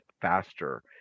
faster